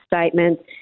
statements